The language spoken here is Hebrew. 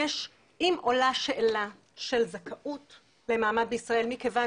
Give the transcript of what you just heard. אם עולה שאלה של זכאות למעמד בישראל מכיוון